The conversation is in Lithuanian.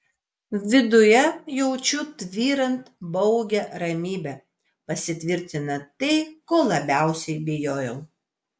viduje jaučiu tvyrant baugią ramybę pasitvirtina tai ko labiausiai bijojau